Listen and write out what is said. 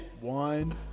One